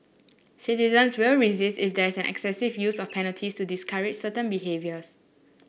citizens will resist if there is excessive use of penalties to discourage certain behaviours